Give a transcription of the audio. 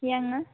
ஏங்க